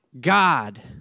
God